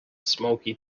smoky